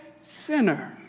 Sinner